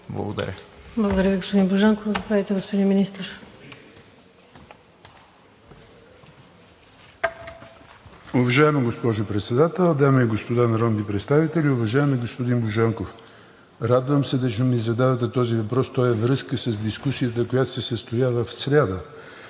Благодаря Ви, господин Божанков. Заповядайте, господин Министър.